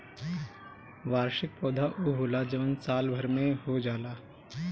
वार्षिक पौधा उ होला जवन साल भर में हो जाला